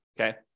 okay